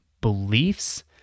beliefs